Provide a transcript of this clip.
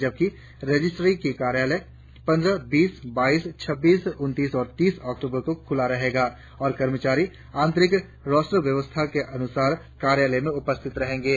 जबकि रजिस्ट्री का कार्यालय पंद्र बीस बाईस छब्बीस उनतीस और तीस अक्टुबर को खुला रहेगा और कर्मचारी आंतरिक रोस्टर व्यवस्था के अनुसार कार्यालय में उपस्थित रहेंगे